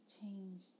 Change